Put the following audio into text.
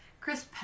Chris